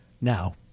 Now